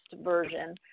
version